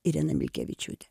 irena milkevičiūtė